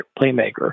playmaker